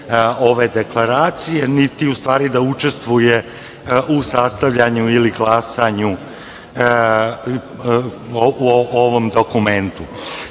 ove Deklaracije, niti ustvari da učestvuje u sastavljanju, glasanju ovog dokumenta,